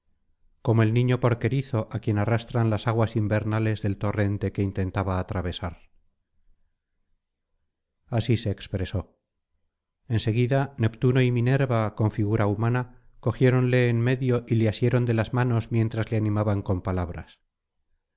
como el niño porquerizo á quien arrastran las aguas invernales del torrente que intentaba atravesar así se expresó en seguida neptuno y minerva con figura humana cogiéronle en medio y le asieron de las manos mientras le animaban con palabras